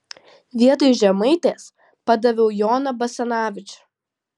vietoj žemaitės padaviau joną basanavičių